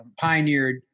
pioneered